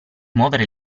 muovere